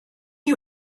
you